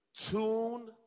Tune